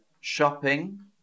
shopping